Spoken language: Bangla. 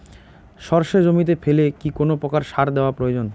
সর্ষে জমিতে ফেলে কি কোন প্রকার সার দেওয়া প্রয়োজন?